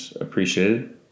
appreciated